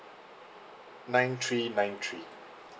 nine three nine three